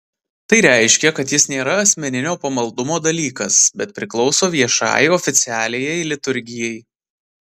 tai reiškia kad jis nėra asmeninio pamaldumo dalykas bet priklauso viešai oficialiajai liturgijai